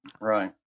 Right